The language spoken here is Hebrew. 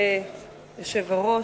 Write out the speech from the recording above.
כבוד היושב-ראש,